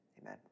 Amen